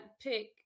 pick